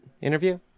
interview